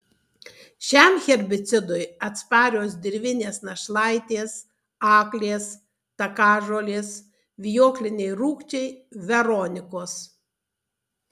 šiam herbicidui atsparios dirvinės našlaitės aklės takažolės vijokliniai rūgčiai veronikos